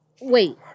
Wait